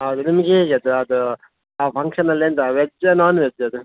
ಹೌದು ನಿಮಗೆ ಹೇಗೆ ಅದು ಅದು ಆ ಫಂಕ್ಷನಲ್ಲಿ ಎಂತ ವೆಜ್ಜ ನಾನ್ವೆಜ್ಜ ಅದು